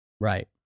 Right